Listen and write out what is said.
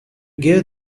gave